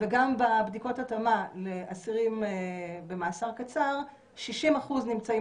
וגם בבדיקות התאמה לאסירים במאסר קצר 60% נמצאים